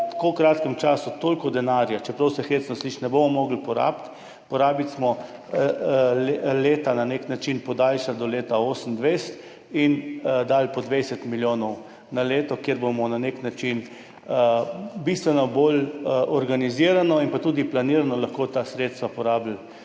tako kratkem času toliko denarja, čeprav se hecno sliši, ne bomo mogli porabiti, smo leta na nek način podaljšali do leta 2028 in dali po 20 milijonov na leto, kjer bomo bistveno bolj organizirano in tudi planirano lahko porabili